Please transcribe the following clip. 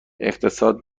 اقتصاد